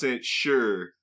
sure